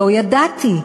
שלא ידעתי.